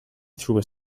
through